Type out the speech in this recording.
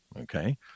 okay